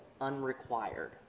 unrequired